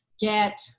get